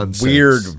weird